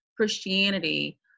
Christianity